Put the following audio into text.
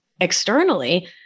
externally